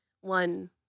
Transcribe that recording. one